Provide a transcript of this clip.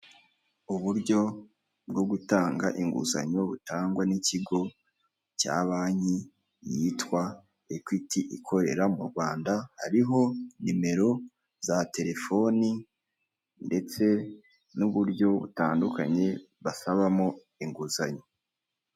Uburyo bwo gutanga inguzanyo butangwa n'ikigo cya banki yitwa equity ikorera mu Rwanda hariho nimero za telefoni ndetse n' uburyo butandukanye basabamo inguzanyo .